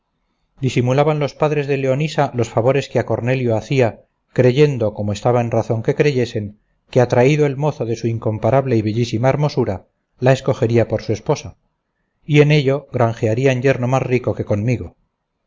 disimulaban los padres de leonisa los favores que a cornelio hacía creyendo como estaba en razón que creyesen que atraído el mozo de su incomparable y bellísima hermosura la escogería por su esposa y en ello granjearían yerno más rico que conmigo